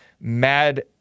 mad